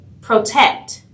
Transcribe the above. protect